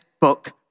book